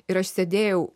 ir aš sėdėjau